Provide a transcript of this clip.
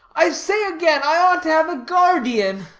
i say again, i ought to have a guard ee an.